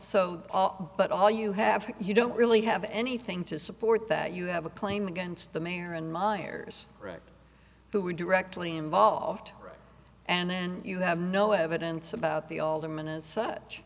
all but all you have you don't really have anything to support that you have a claim against the mayor and myers who were directly involved and then you have no evidence about the all the minutes such